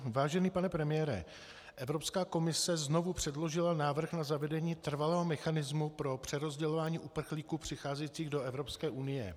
Vážený pane premiére, Evropská komise znovu předložila návrh na zavedení trvalého mechanismu pro přerozdělování uprchlíků přicházejících do Evropské unie.